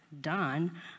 done